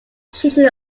children